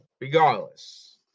regardless